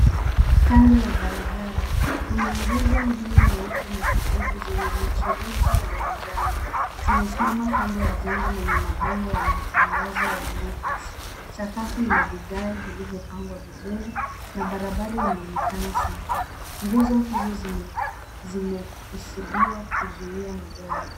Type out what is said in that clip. Kando ya barabara kuna nguzo mbili nyeupe na kijivu zenye michirizi ya manjano. Zimesimama kando ya jengo lenye mabango ya matangazo ya Naivas. Sakafu ina vigae vilivyopangwa vizuri na barabara inaonekana safi. Nguzo hizo zimekusudiwa kuzuia magari.